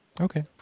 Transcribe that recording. Okay